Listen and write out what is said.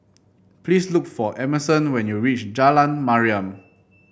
please look for Emerson when you reach Jalan Mariam